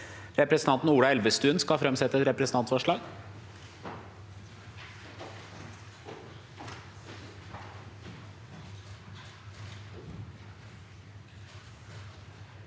Representanten Ola Elvestuen vil framsette et representantforslag.